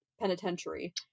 Penitentiary